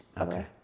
okay